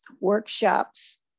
workshops